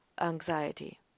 anxiety